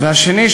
השני,